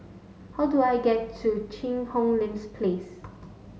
how do I get to Cheang Hong Lim's Place